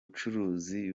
bucuruzi